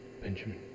Benjamin